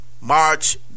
March